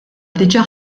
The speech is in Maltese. diġà